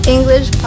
English